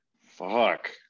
Fuck